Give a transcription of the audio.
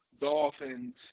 Dolphins